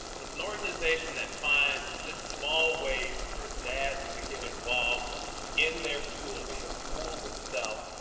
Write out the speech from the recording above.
it's an organization that finds just small ways for dads to get involved in their schools, in the schools itself,